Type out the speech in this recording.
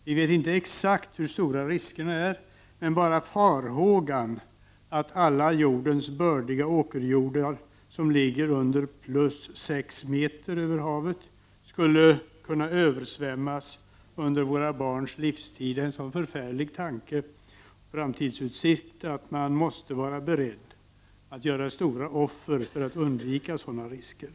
Vi vet inte exakt hur stora riskerna är, men blotta farhågan att alla jordens bördiga åkerjordar som ligger under plus sex meter över havet skulle kunna översvämmas under våra barns livstid är en så förfärlig framtidsutsikt att man måste vara beredd att göra stora offer för att undvika sådana risker.